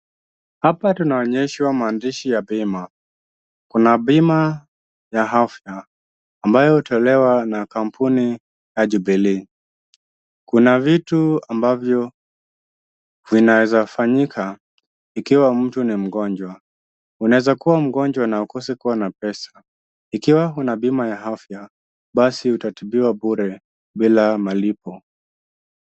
Hapa tunaonyeshwa maandishi ya bima, kuna bima ya afya ambayo hutolewa na kampuni ya Jubilee. Kuna vitu ambavyo vinawezafanyika ikiwa mtu ni mgonjwa. Unaweza kuwa mgojwa na ukose kuwa na pesa, ikiwa una bima ya afya basi utatibiwa bure bila malipo.